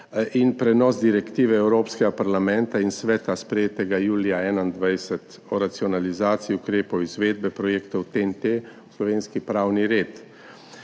in prenos direktive Evropskega parlamenta in Sveta, sprejetega julija 2021 o racionalizaciji ukrepov izvedbe projektov TEN-T v slovenski pravni red.